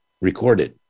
recorded